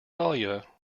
dahlia